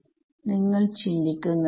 വിദ്യാർത്ഥി അപ്പോൾ നമ്മൾ എടുക്കുന്നു